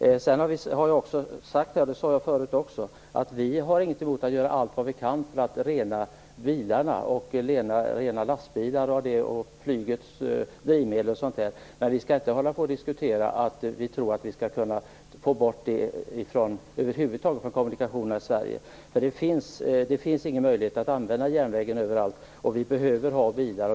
Jag sade redan förut att vi inte har någonting emot att göra allt vi kan för att rena bilarna, lastbilarna och flygets drivmedel. Men vi skall inte tro att vi kan få bort föroreningarna över huvud taget från kommunikationerna i Sverige. Det finns ingen möjlighet att använda järnvägen överallt. Vi behöver ha bilar.